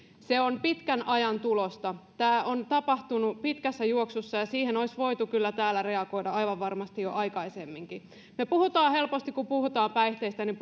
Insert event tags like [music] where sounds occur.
se on pitkän ajan tulosta tämä on tapahtunut pitkässä juoksussa ja ja siihen olisi voitu kyllä täällä reagoida aivan varmasti jo aikaisemminkin kun me puhumme päihteistä niin [unintelligible]